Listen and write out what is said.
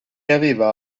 aveva